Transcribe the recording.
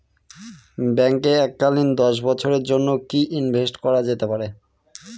ব্যাঙ্কে এককালীন দশ বছরের জন্য কি ইনভেস্ট করা যেতে পারে?